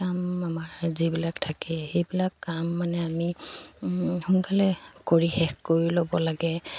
কাম আমাৰ যিবিলাক থাকে সেইবিলাক কাম মানে আমি সোনকালে কৰি শেষ কৰি ল'ব লাগে